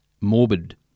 morbid